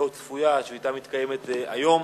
היא לא צפויה, השביתה מתקיימת היום,